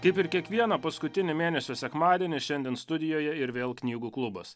kaip ir kiekvieną paskutinį mėnesio sekmadienį šiandien studijoje ir vėl knygų klubas